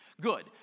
Good